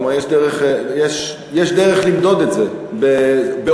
כלומר, יש דרך למדוד את זה, באומדנים.